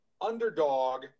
underdog